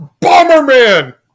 Bomberman